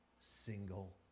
single